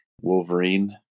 Wolverine